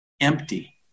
empty